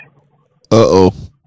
Uh-oh